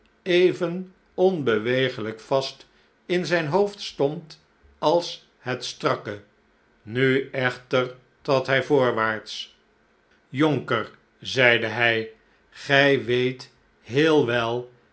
even onbeweeglijk vast in zijn hoofd stond als het strakke nu echter trad hi voorwaarts jonker zeide hij gij weet heel we